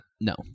No